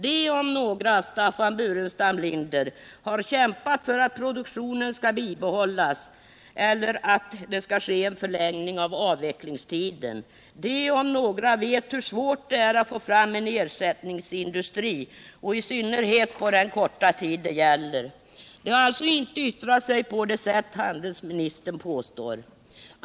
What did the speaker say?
De om några, Staffan Burenstam Linder, har kämpat för att produktionen skall bibehållas eller att det skall ske en förlängning av avvecklingstiden. De om några vet hur svårt det är att få fram en ersättningsindustri, i synnerhet på den korta tid det gäller. De har alltså inte yttrat sig på det sätt som handelsministern påstår.